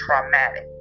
traumatic